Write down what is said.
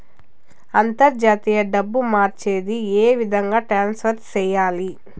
అంతర్జాతీయ డబ్బు మార్చేది? ఏ విధంగా ట్రాన్స్ఫర్ సేయాలి?